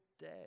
day